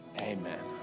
amen